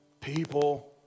people